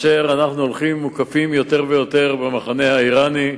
אנחנו הולכים ומוקפים יותר ויותר במחנה האירני,